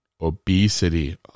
obesity